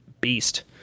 beast